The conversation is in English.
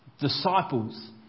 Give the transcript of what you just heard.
Disciples